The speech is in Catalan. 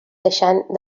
deixant